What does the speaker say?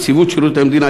נציבות שירות המדינה,